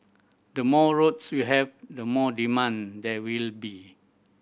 the more roads you have the more demand there will be